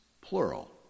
plural